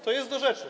To jest do rzeczy.